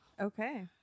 Okay